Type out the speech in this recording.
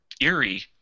eerie